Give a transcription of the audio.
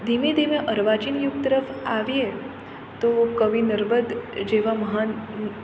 ધીમે ધીમે અર્વાચીન યુગ તરફ આવીએ તો કવિ નર્મદ જેવા મહાન